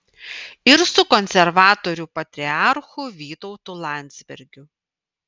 ir su konservatorių patriarchu vytautu landsbergiu